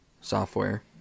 software